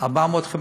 400 500